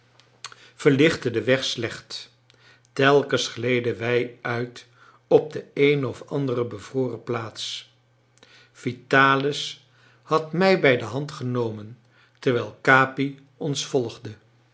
verlichtte den weg slecht telkens gleden wij uit op de eene of andere bevroren plaats vitalis had mij bij de hand genomen terwijl capi ons volgde